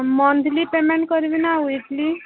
monthly payment କରିବି ନା weekly